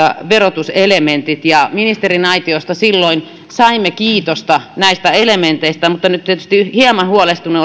verotuselementit ja ministeriaitiosta silloin saimme kiitosta näistä elementeistä nyt tietysti hieman huolestunut